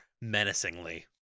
menacingly